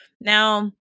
Now